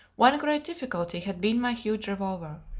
one great difficulty had been my huge revolver.